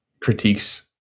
critiques